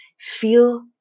feel